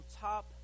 top